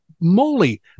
moly